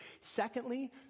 Secondly